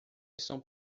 estão